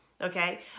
Okay